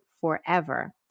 forever